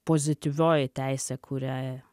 pozityvioji teisė kuria